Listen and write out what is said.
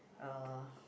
uh